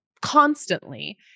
constantly